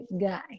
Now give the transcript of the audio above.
guy